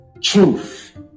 truth